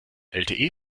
lte